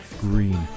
green